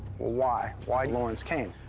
why? why lawrence kane?